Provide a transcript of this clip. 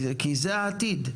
כי זה העתיד,